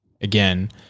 again